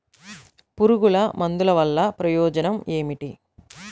పురుగుల మందుల వల్ల ప్రయోజనం ఏమిటీ?